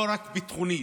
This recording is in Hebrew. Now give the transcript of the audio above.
לא רק ביטחונית,